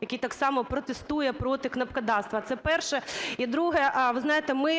який так само протестує проти кнопкодавства. Це перше. І друге. Ви знаєте ми